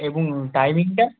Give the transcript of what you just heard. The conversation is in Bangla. এবং টাইমিংটা